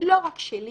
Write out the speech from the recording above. לא רק שלי,